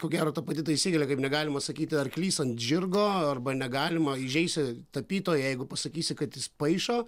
ko gero ta pati taisyklė kaip negalima sakyti arklys ant žirgo arba negalima įžeisi tapytoją jeigu pasakysi kad jis paišo